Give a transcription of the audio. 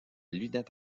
lunette